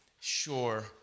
sure